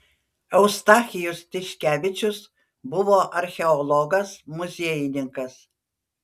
eustachijus tiškevičius buvo archeologas muziejininkas